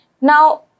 Now